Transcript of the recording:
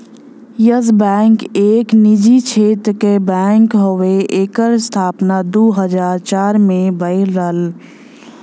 yes Bank एक निजी क्षेत्र क बैंक हउवे एकर स्थापना दू हज़ार चार में भयल रहल